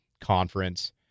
conference